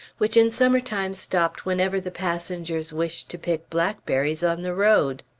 which in summer-time stopped whenever the passengers wished to pick blackberries on the road.